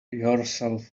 yourself